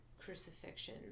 crucifixion